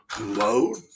load